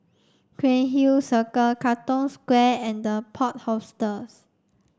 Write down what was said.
Cairnhill Circle Katong Square and The Plot Hostels